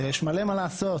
שיש מלא מה לעשות.